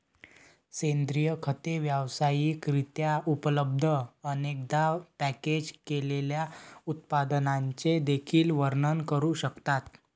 सेंद्रिय खते व्यावसायिक रित्या उपलब्ध, अनेकदा पॅकेज केलेल्या उत्पादनांचे देखील वर्णन करू शकतात